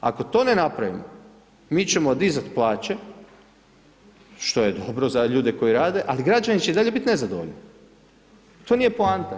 Ako to ne napravimo mi ćemo dizat plaće, što je dobro za ljude koji rade, ali gađani će i dalje bit nezadovoljni, to nije poanta.